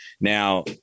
Now-